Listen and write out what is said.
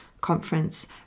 conference